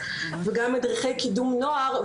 וגם מדריכי קידום נוער.